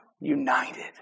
united